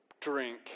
drink